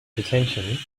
detention